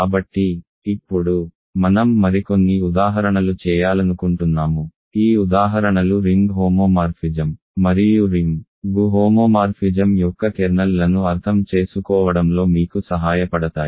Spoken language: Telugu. కాబట్టి ఇప్పుడు మనం మరికొన్ని ఉదాహరణలు చేయాలనుకుంటున్నాము ఈ ఉదాహరణలు రింగ్ హోమోమార్ఫిజం మరియు రింగ్ హోమోమార్ఫిజం యొక్క కెర్నల్లను అర్థం చేసుకోవడంలో మీకు సహాయపడతాయి